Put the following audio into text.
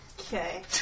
Okay